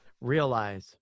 realize